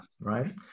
right